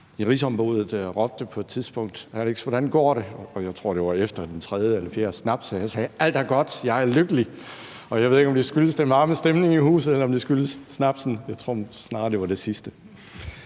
i Rigsombuddet råbte på et tidspunkt: Alex, hvordan går det? Og jeg tror, det var efter den tredje eller fjerde snaps. Og jeg sagde: Alt er godt, jeg er lykkelig. Jeg ved ikke, om det skyldtes den varme stemning i huset, eller om det skyldtes snapsen – jeg tror nu snarere, det var det sidste.